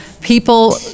people